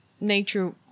nature